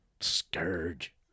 Scourge